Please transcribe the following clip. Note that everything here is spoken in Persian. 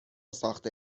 ساخته